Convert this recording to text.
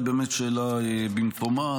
היא באמת שאלה במקומה.